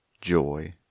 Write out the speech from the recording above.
joy